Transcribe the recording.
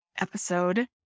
episode